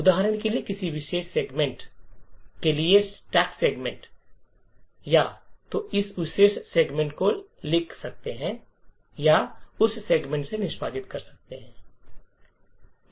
उदाहरण के लिए किसी विशेष सेगमेंट के लिए स्टैक सेगमेंट या तो उस विशेष सेगमेंट को लिख सकता है या उस सेगमेंट से निष्पादित कर सकता है